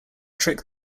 trick